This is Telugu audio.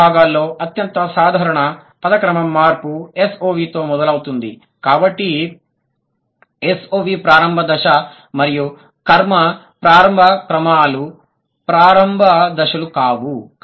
ప్రధాన విభాగాలలో అత్యంత సాధారణ పద క్రమం మార్పు SOV తో మొదలవుతుంది కాబట్టి SOV ప్రారంభ దశ మరియు కర్మ ప్రారంభ క్రమాల ప్రారంభ దశలు కావు